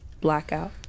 Blackout